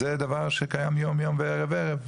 זה דבר שקיים יום יום וערב ערב.